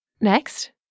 Next